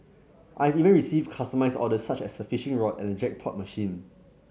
I have even received customised orders such as a fishing rod and a jackpot machine